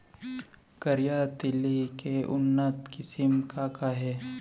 करिया तिलि के उन्नत किसिम का का हे?